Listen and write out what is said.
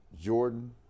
Jordan